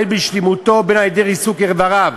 בין בשלמותו בין על-ידי ריסוק אבריו.